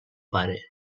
pare